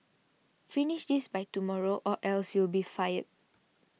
finish this by tomorrow or else you'll be fired